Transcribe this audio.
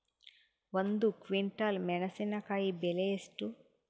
ಒಂದು ಕ್ವಿಂಟಾಲ್ ಮೆಣಸಿನಕಾಯಿ ಬೆಲೆ ಎಷ್ಟು?